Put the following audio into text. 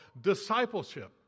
discipleship